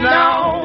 now